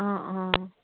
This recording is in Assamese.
অ অ